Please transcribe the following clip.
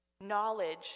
knowledge